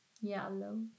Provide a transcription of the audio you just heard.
Yellow